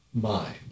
mind